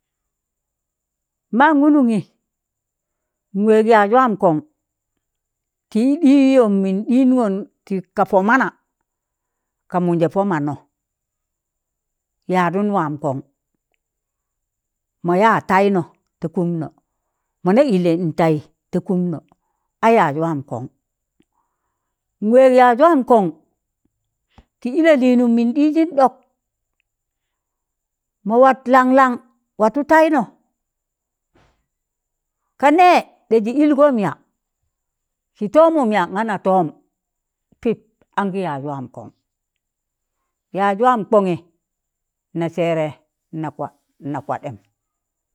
Man nkụṇinyị nwẹg yaz wam koṇ tị ị ɗịịyọm mịn ɗiṇgọn ti ka pọ mana ka mụnjẹ pọ mannọ, yaddun waam kon maya taịnọ ta kụmnọ mọ na ịlẹ n tayị ta kụmnọ a yaaj wam kọṇ, n wẹịj yaaj wam kọṇ, tịị ị lalịịnụm mịn dịịjịn ɗọk, mọ wat lang lang watụ taịnọ, ka nẹẹ, ɗẹ jị ịlgọm yaa, sị tọmụm ya? nga na tọọm pịp an gị yaaj wam kọṇ, yaaj wam kọṇị na sẹẹrẹ nakwad nakwadem.